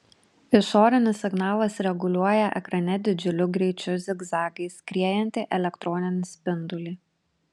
išorinis signalas reguliuoja ekrane didžiuliu greičiu zigzagais skriejantį elektroninį spindulį